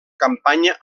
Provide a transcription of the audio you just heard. campanya